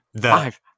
five